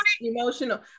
Emotional